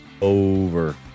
Over